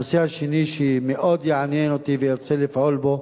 הנושא השני שמאוד יעניין אותי וארצה לפעול בו,